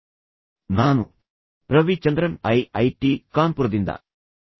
ಈಗ ವಿಶೇಷವಾಗಿ ಈ ಉಪನ್ಯಾಸದಲ್ಲಿ ನಾನು ಕೆಟ್ಟ ಅಭ್ಯಾಸಗಳನ್ನು ಜಯಿಸುವತ್ತ ಹೆಚ್ಚು ಗಮನ ಹರಿಸಲಿದ್ದೇನೆ